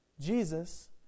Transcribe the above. Jesus